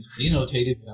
denotative